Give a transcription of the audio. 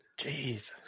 Jeez